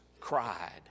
cried